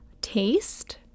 taste